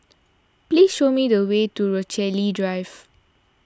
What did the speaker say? please show me the way to Rochalie Drive